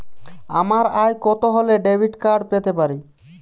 আমার আয় কত হলে ডেবিট কার্ড পেতে পারি?